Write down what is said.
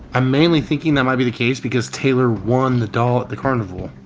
i'm mainly thinking that might be the case because taylor won the doll at the carnival.